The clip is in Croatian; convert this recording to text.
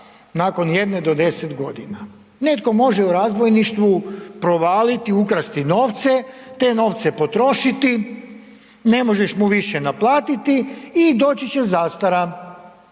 nakon jedne do deset godina, netko može u razbojništvu provaliti i ukrasti novce, te novce potrošiti, ne možeš mu više naplatiti i doći će zastara.